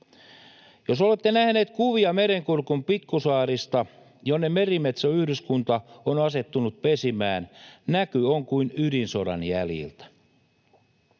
Jos olette nähneet kuvia Merenkurkun pikkusaarista, jonne merimetsoyhdyskunta on asettunut pesimään, näky on kuin ydinsodan jäljiltä.